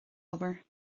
obair